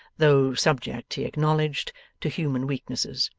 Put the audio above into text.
though subject he acknowledged to human weaknesses.